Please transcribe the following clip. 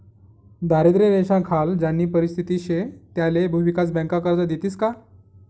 दारिद्र्य रेषानाखाल ज्यानी परिस्थिती शे त्याले भुविकास बँका कर्ज देतीस का?